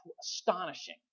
astonishing